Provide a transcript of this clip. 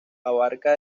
abarca